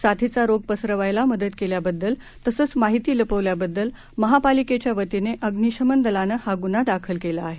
साथीचा रोग पसरवायला मदत केल्याबद्दल तसंच माहिती लपवल्याबद्दल महापालिकेच्यावतीने अग्निशमन दलाने हा गुन्हा दाखल केला आहे